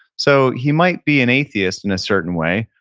so, he might be an atheist in a certain way,